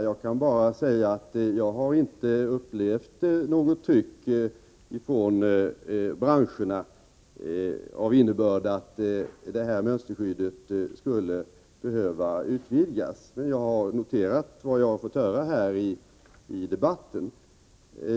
Jag kan bara säga att jag inte har upplevt något tryck från branscherna av innebörd att mönsterskyddet skulle behöva utvidgas. Jag har emellertid noterat vad jag har fått höra här i debatten.